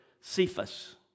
Cephas